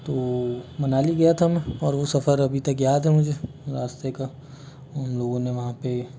तो मनाली गया था मैं और वो सफ़र अभी तक याद है मुझे रास्ते का हम लोगो ने वहाँ पे